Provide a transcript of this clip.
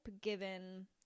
given